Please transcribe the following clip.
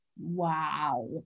Wow